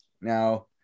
Now